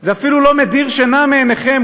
זה אפילו לא מדיר שינה מעיניכם,